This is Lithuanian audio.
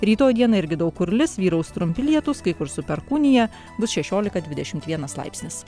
ryto dieną irgi daug kur lis vyraus trumpi lietūs kai kur su perkūnija bus šešiolika dvidešimt vienas laipsnis